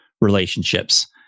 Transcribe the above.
relationships